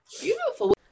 Beautiful